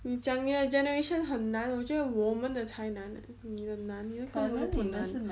你讲你的 generation 很难我觉得我们的才难 ah 你的难根本都不难